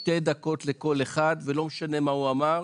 שתי דקות לכל אחד ולא משנה מה הוא אמר,